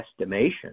estimation